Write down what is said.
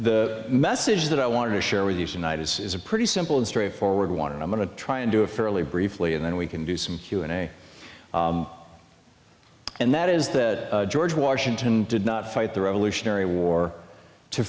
the message that i want to share with you tonight is a pretty simple and straightforward one and i'm going to try and do it fairly briefly and then we can do some q and a and that is that george washington did not fight the revolutionary war to